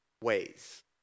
ways